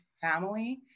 family